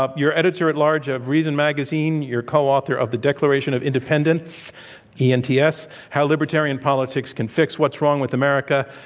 ah you're editor at large of reason magazine you're co-author of the declaration of independents e n t s how libertarian politics can fix what's wrong with america.